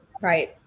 Right